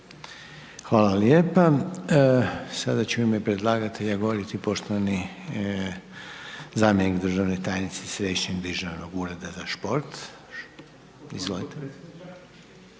Hvala lijepo. Sada će u ime predlagatelj govoriti poštovani zamjenik državne tajnice, Središnjeg državnog ureda za šport, izvolite.